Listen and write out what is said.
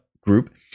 group